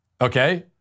Okay